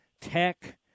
tech